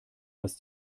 was